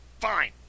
Fine